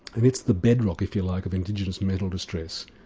and it's the bed rock if you like of indigenous mental distress,